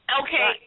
Okay